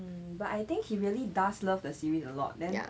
mm but I think he really does love the series a lot then